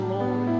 Lord